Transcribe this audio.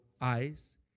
eyes